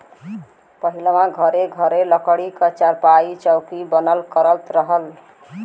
पहिलवां घरे घरे लकड़ी क चारपाई, चौकी बनल करत रहल